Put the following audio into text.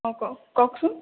অ কওক কওকচোন